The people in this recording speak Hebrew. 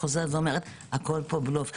הכול בלוף פה.